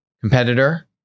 competitor